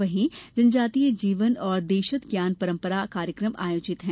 वहीं जनजातीय जीवन और देशज ज्ञान पंरपरा कार्यक्रम आयोजित है